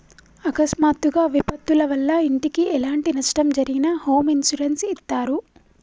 అకస్మాత్తుగా విపత్తుల వల్ల ఇంటికి ఎలాంటి నష్టం జరిగినా హోమ్ ఇన్సూరెన్స్ ఇత్తారు